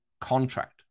contract